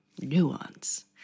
Nuance